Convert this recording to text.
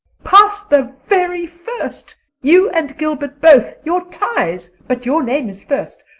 passed the very first you and gilbert both you're ties but your name is first.